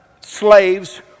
slaves